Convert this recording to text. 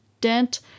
Dent